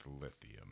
lithium